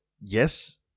Yes